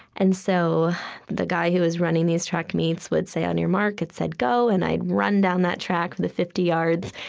and so the guy who was running these track meets would say, on your mark, get set, go, and i'd run down that track, the fifty yards,